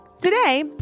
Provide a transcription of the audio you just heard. Today